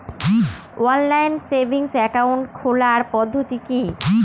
Online savings account খোলার পদ্ধতি কি?